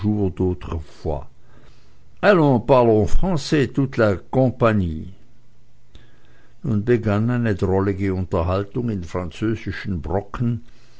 compagnie nun begann eine drollige unterhaltung in französischen brocken